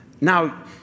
Now